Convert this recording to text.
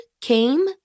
came